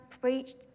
preached